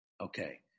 Okay